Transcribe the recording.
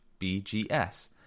bgs